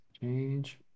change